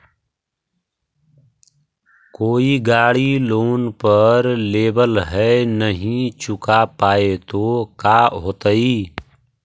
कोई गाड़ी लोन पर लेबल है नही चुका पाए तो का होतई?